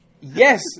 Yes